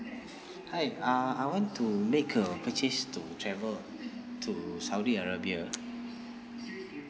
hi uh I want to make a purchase to travel to saudi arabia